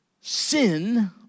Sin